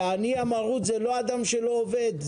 עני מרוד הוא אינו אדם שלא עובד,